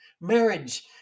Marriage